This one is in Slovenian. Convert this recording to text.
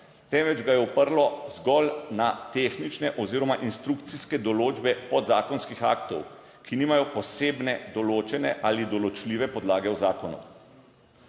temveč ga je oprlo zgolj na tehnične oziroma instrukcijske določbe podzakonskih aktov, ki nimajo posebne določene ali določljive podlage v zakonu.